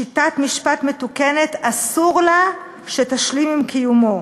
שיטת משפט מתוקנת, אסור לה שתשלים עם קיומו".